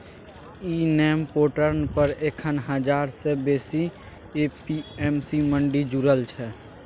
इ NAM portal पर एखन हजार सँ बेसी ए.पी.एम.सी मंडी जुरल छै